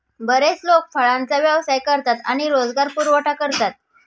बरेच लोक फळांचा व्यवसाय करतात आणि रोजगार पुरवठा करतात